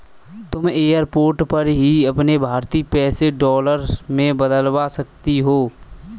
तुम एयरपोर्ट पर ही अपने भारतीय पैसे डॉलर में बदलवा सकती हो